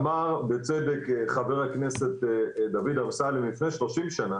אמר בצדק חבר הכנסת דוד אמסלם, לפני 30 שנה